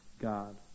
God